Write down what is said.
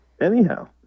anyhow